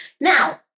Now